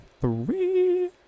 three